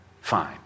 fine